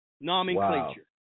Nomenclature